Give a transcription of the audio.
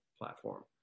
platform